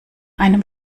einem